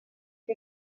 que